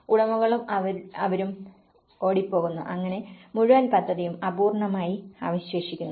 ഉടമകളും അവരും ഓടിപ്പോകുന്നു അങ്ങനെ മുഴുവൻ പദ്ധതിയും അപൂർണ്ണമായി അവശേഷിക്കുന്നു